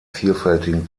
vielfältigen